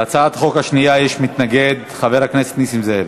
להצעת החוק השנייה יש מתנגד, חבר הכנסת נסים זאב,